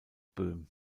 böhm